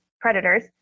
predators